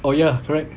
oh ya correct